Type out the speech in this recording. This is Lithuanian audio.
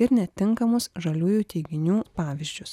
ir netinkamus žaliųjų teiginių pavyzdžius